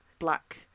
black